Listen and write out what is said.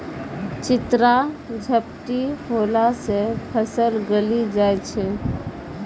चित्रा झपटी होला से फसल गली जाय छै?